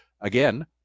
again